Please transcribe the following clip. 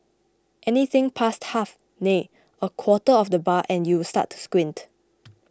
anything past half nay a quarter of the bar and you start to squint